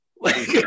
Like-